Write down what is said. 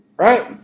Right